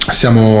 siamo